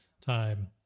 time